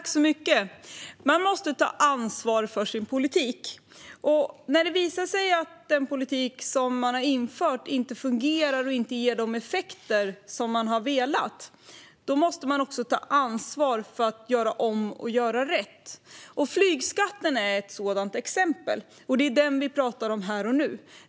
Fru talman! Man måste ta ansvar för sin politik. När det visar sig att den politik som man har infört inte fungerar och inte ger de effekter som man har velat ha måste man också ta ansvar för att göra om och göra rätt. Flygskatten är ett exempel på detta, och det är den vi talar om här och nu.